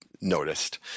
noticed